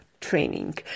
training